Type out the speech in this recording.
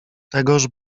tegoż